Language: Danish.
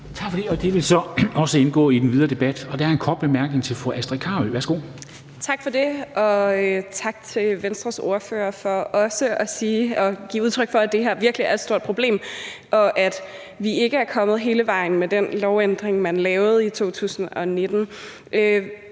Tak for det. Og det vil også indgå i den videre debat. Der er en kort bemærkning til fru Astrid Carøe. Værsgo. Kl. 10:41 Astrid Carøe (SF): Tak for det. Og tak til Venstres ordfører for at give udtryk for, at det her virkelig er et stort problem, og at vi ikke er kommet hele vejen med den lovændring, man lavede i 2019.